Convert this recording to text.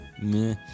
meh